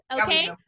okay